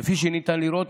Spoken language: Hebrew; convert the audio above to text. כפי שניתן לראות,